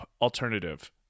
alternative